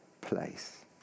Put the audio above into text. place